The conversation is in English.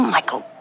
Michael